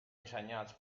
dissenyats